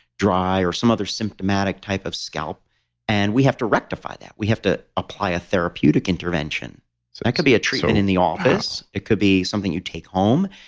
dry, or some other symptomatic, type of scalp and we have to rectify that. we have to apply a therapeutic intervention that could be a treatment in the office. it could be something you take home.